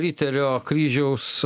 riterio kryžiaus